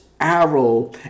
Arrow